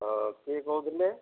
ହଁ କିଏ କହୁଥିଲେ